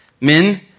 men